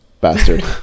bastard